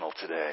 today